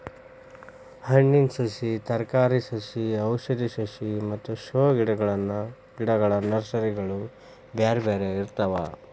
ಹಣ್ಣಿನ ಸಸಿ, ತರಕಾರಿ ಸಸಿ ಔಷಧಿ ಸಸಿ ಮತ್ತ ಶೋ ಗಿಡಗಳ ನರ್ಸರಿಗಳು ಬ್ಯಾರ್ಬ್ಯಾರೇ ಇರ್ತಾವ